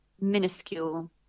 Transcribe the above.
minuscule